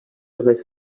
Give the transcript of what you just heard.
aurait